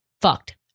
Fucked